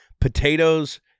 potatoes